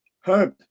Herb